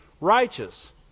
righteous